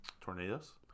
tornadoes